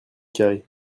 carré